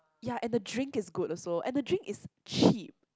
ya and the drink is good also and the drink is cheap